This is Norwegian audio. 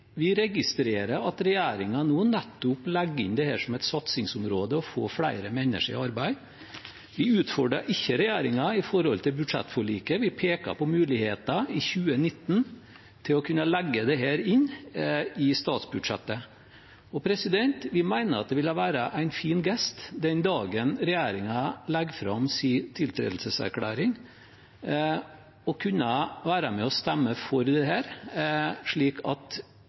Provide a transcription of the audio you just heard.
Vi registrerer at regjeringen nå legger inn det å få flere mennesker i arbeid som et satsingsområde. Vi utfordrer ikke regjeringen med hensyn til budsjettforliket, vi peker på muligheter til å kunne legge dette inn i statsbudsjettet for 2019. Vi mener det ville være en fin gest den dagen regjeringen legger fram sin tiltredelseserklæring, å kunne være med og stemme for dette, slik at det er et samlet storting som sørger for at